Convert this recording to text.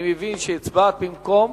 אני מבין שהצבעת בטעות במקום